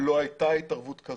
לא הייתה התערבות כזאת.